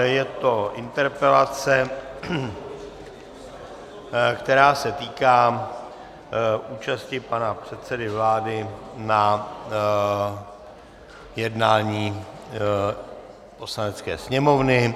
Je to interpelace, která se týká účasti pana předsedy vlády na jednání Poslanecké sněmovny.